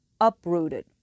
uprooted